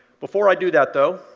before i do that, though,